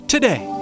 Today